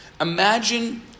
Imagine